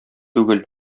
түгел